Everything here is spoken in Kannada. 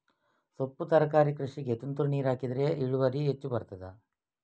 ಸೊಪ್ಪು ತರಕಾರಿ ಕೃಷಿಗೆ ತುಂತುರು ನೀರು ಹಾಕಿದ್ರೆ ಇಳುವರಿ ಹೆಚ್ಚು ಬರ್ತದ?